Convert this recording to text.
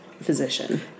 physician